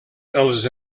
els